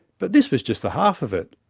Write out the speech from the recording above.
but this was just the half of it.